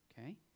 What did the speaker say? Okay